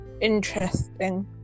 interesting